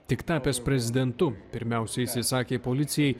tik tapęs prezidentu pirmiausia jisai sakė policijai